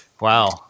Wow